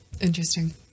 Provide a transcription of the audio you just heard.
Interesting